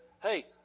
hey